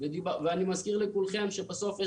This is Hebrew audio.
אין פה עניין משפטי.